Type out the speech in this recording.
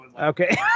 Okay